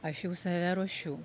aš jau save ruošiu